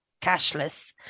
cashless